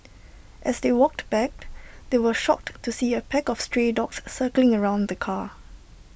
as they walked back they were shocked to see A pack of stray dogs circling around the car